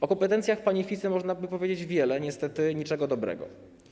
O kompetencjach pani Ficy można by powiedzieć wiele, ale niestety - niczego dobrego.